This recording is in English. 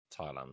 Thailand